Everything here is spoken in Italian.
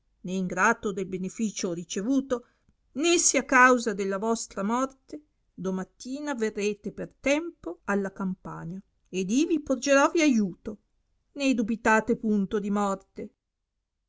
né ingrato del beneficio ricevuto né sia causa della vostra morte domattina verrete per tempo alla campagna ed ivi porgeròvi aiuto né dubitate punto di morte